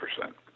percent